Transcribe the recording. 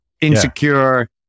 insecure